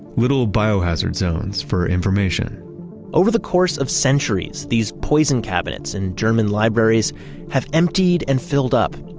little biohazard zones for information over the course of centuries, these poison cabinets in german libraries have emptied and filled up,